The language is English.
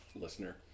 listener